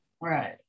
Right